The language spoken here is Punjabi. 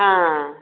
ਹਾਂ